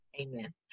Amen